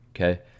Okay